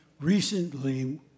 recently